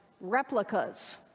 replicas